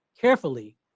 carefully